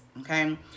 okay